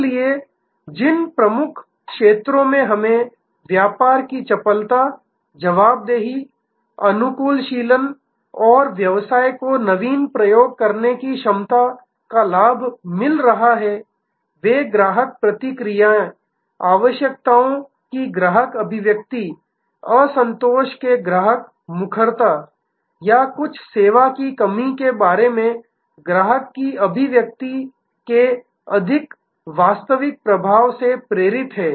इसलिए जिन प्रमुख क्षेत्रों में हमें व्यापार की चपलता जवाबदेही अनुकूलनशीलता और व्यवसाय को नवीन प्रयोग करने की क्षमता का लाभ मिल रहा है वे ग्राहक प्रतिक्रिया आवश्यकताओं की ग्राहक अभिव्यक्ति असंतोष के ग्राहक मुखरता या कुछ सेवा की कमी के बारे में ग्राहक की अभिव्यक्ति के अधिक वास्तविक प्रभाव से प्रेरित हैं